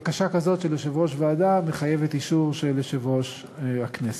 בקשה כזאת של יושב-ראש ועדה מחייבת אישור של יושב-ראש הכנסת.